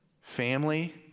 Family